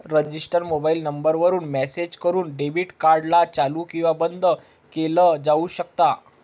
register mobile number वरून message करून debit card ला चालू किंवा बंद केलं जाऊ शकता